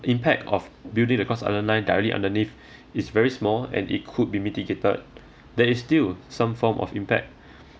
impact of building the cross island line directly underneath is very small and it could be mitigated there is still some form of impact